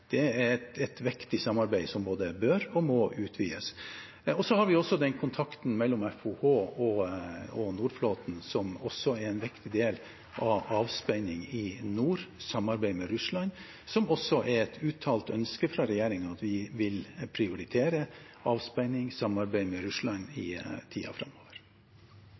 er et viktig samarbeid som både bør og må utvides. Så har vi også kontakten mellom FOH og Nordflåten, som er en viktig del av avspenning i nord og samarbeidet med Russland. Det er et uttalt ønske fra regjeringen at vi vil prioritere avspenning og samarbeid med Russland i tiden framover.